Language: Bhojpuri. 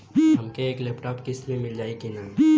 हमके एक लैपटॉप किस्त मे मिल जाई का?